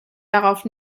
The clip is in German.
darauf